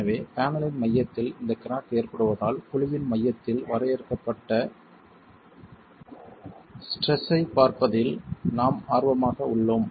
எனவே பேனலின் மையத்தில் இந்த கிராக் ஏற்படுவதால் குழுவின் மையத்தில் வரையறுக்கப்பட்ட ஸ்ட்ரெஸ் ஐப் பார்ப்பதில் நாம் ஆர்வமாக உள்ளோம்